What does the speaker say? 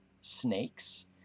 snakes